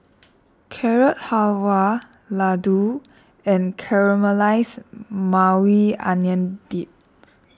Carrot Halwa Ladoo and Caramelized Maui Onion Dip